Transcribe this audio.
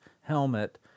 helmet